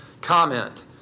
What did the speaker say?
comment